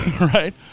right